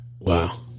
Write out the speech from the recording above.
Wow